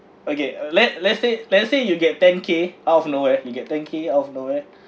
okay uh let let's say let's say you get ten K out of nowhere you get ten k out of nowhere